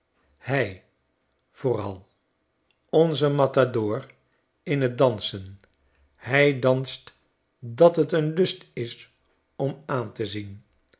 hij vooral onze matadoor in t dansen hij danst dat het een lust is om aan te zien